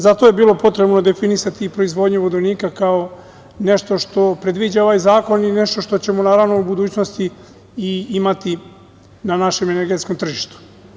Zato je bilo potrebno definisati proizvodnju vodonika kao nešto predviđa ovaj zakon i nešto što ćemo naravno u budućnosti i imati na našem energetskom tržištu.